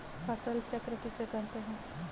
फसल चक्र किसे कहते हैं?